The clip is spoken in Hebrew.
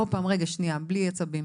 רגע, בלי עצבים.